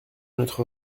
notre